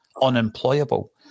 unemployable